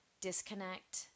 disconnect